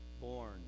born